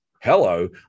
hello